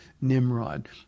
Nimrod